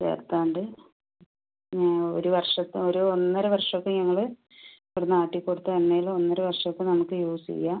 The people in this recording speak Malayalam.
ചേർക്കാണ്ട് ഒരു വർഷം ഒര് ഒന്നര വർഷം ഒക്കെ ഞങ്ങള് ഇവിടെനിന്ന് ആട്ടി കൊടുത്ത എണ്ണയില് ഒന്നര വർഷം ഇപ്പോൾ നമുക്ക് യൂസ് ചെയ്യാം